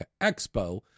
Expo